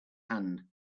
hand